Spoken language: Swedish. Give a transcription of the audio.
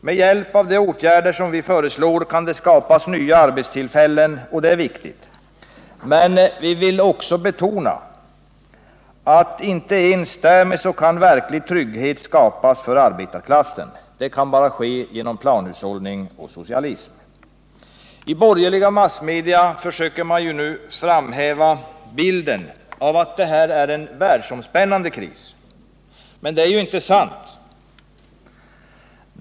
Med hjälp av de åtgärder som vi föreslår kan det skapas nya arbetstillfällen, och det är viktigt. Men vi vill också betona att inte ens därmed kan verklig trygghet skapas för arbetarklassen. Det kan bara ske genom planhushållning och socialism. I borgerliga massmedia försöker man frammana bilden av att detta är en världsomspännande kris. Men det är inte sant.